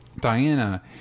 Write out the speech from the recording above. Diana